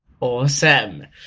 Awesome